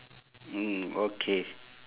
mm okay